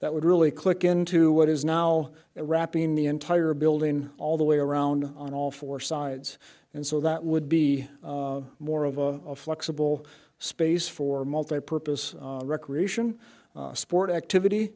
that would really click into what is now wrapping the entire building all the way around on all four sides and so that would be more of a flexible space for multi purpose recreation sport activity